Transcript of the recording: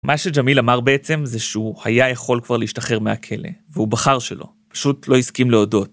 ‫מה שג'מיל אמר בעצם זה שהוא ‫היה יכול כבר להשתחרר מהכלא, ‫והוא בחר שלא. ‫פשוט לא הסכים להודות.